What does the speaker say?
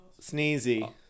sneezy